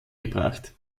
gebracht